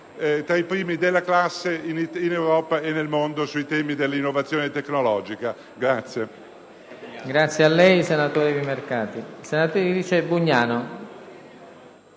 tra i primi della classe in Europa e nel mondo sui temi dell'innovazione tecnologica.